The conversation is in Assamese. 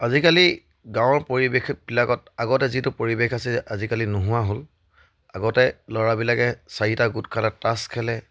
আজিকালি গাঁৱৰ পৰিৱেশবিলাকত আগতে যিটো পৰিৱেশ আছে আজিকালি নোহোৱা হ'ল আগতে ল'ৰাবিলাকে চাৰিটা গোট খালে তাছ খেলে